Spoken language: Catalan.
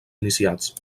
iniciats